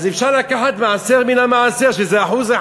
אז אפשר לקחת מעשר מהמעשר, שזה 1%,